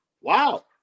wow